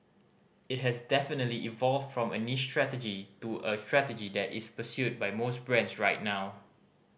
it has definitely evolved from a niche strategy to a strategy that is pursued by most brands right now